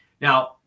Now